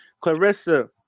Clarissa